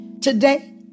Today